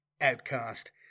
Outcast